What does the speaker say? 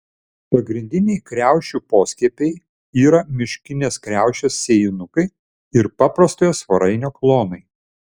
pagrindiniai kriaušių poskiepiai yra miškinės kriaušės sėjinukai ir paprastojo svarainio klonai